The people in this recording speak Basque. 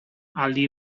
aldi